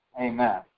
Amen